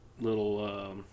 little –